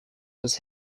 was